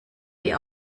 die